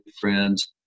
friends